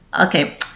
Okay